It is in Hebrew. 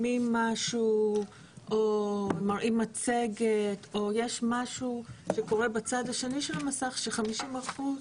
משהו או מראים מצגת או יש משהו שקורה בצד השני של המסך ו-50 אחוזים